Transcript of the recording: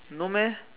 no meh